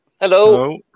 Hello